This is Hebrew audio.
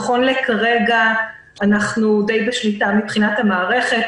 נכון לרגע זה אנחנו די בשליטה מבחינת המערכת,